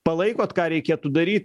palaikot ką reikėtų daryti